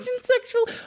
sexual